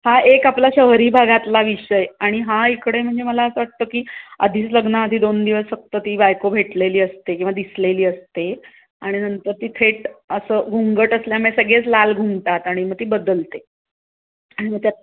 हा एक आपला शहरी भागातला विषय आणि हा इकडे म्हणजे मला असं वाटतं की आधीच लग्नाआधी दोन दिवस फक्त ती बायको भेटलेली असते किंवा दिसलेली असते आणि नंतर ती थेट असं घुंगट असल्यामुळे सगळेच लाल घुंगटात आणि मग ती बदलते आणि मग त्यात